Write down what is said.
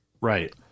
Right